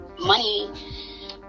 Money